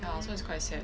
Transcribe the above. ya so it's quite sad